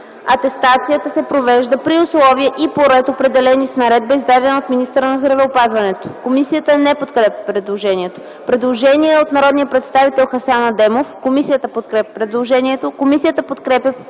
„Атестацията се провежда при условия и по ред, определени с наредба, издадена от министъра на здравеопазването.” Комисията не подкрепя предложението. Предложение от народния представител Хасан Адемов. Комисията подкрепя предложението. Комисията подкрепя